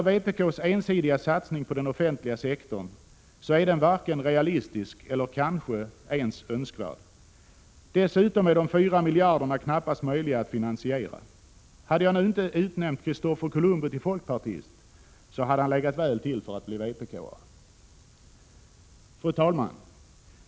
Vpk:s ensidiga satsning på den offentliga sektorn är varken realistisk eller kanske ens önskvärd. Dessutom är det knappast möjligt att finansiera de 4 miljarderna. Hade jag nu inte utnämnt Kristofer Columbus till folkpartist, så hade han legat väl till för att bli vpk-are. Fru talman!